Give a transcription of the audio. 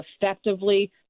effectively